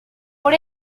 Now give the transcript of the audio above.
por